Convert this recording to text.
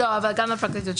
גם לפרקליטות.